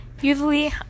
Usually